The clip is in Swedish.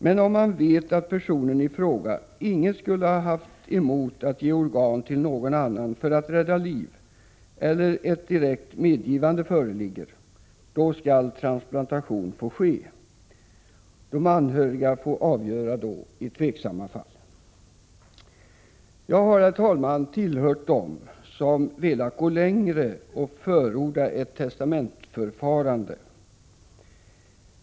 Men om man vet att personen i fråga inget skulle ha haft emot att ge organ till någon annan för att rädda liv eller om ett direkt medgivande föreligger, då skall transplantation få ske. De anhöriga får avgöra i tveksamma fall. Jag har tillhört dem som velat gå längre och förorda ett ”testamentsförfarande”.